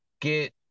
get